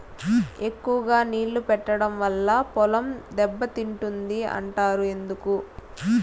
ఎక్కువగా నీళ్లు పెట్టడం వల్ల పొలం దెబ్బతింటుంది అంటారు ఎందుకు?